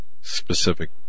specific